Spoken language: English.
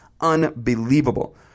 Unbelievable